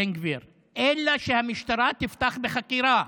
בן גביר, אלא שהמשטרה תפתח בחקירה.